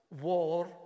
war